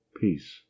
peace